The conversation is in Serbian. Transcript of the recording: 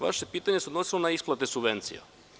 Vaše pitanje se odnosilo na isplate subvencija.